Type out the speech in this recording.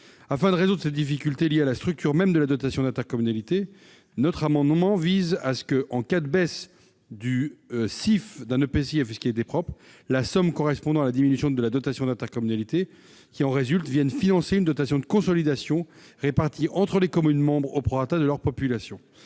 Afin de résoudre cette difficulté liée à la structure même de la dotation d'intercommunalité, notre amendement vise à ce que, en cas de baisse du CIF d'un EPCI à fiscalité propre, la somme correspondant à la diminution de dotation qui en résulte vienne financer une dotation de consolidation répartie entre les communes membres au prorata de leur population.